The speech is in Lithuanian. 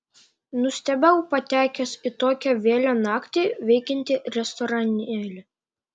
nustebau patekęs į tokią vėlią naktį veikiantį restoranėlį